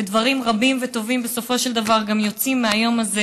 ודברים רבים וטובים בסופו של דבר גם יוצאים מהיום הזה,